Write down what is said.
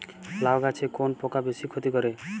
লাউ গাছে কোন পোকা বেশি ক্ষতি করে?